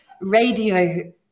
radio